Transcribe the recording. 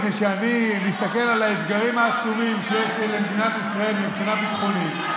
מפני שאני מסתכל על האתגרים העצומים שיש למדינת ישראל מבחינה ביטחונית.